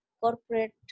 Corporate